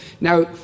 Now